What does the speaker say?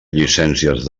llicències